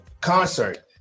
concert